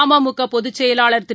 அமமுக பொதுச்செயலாளர் திரு